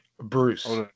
Bruce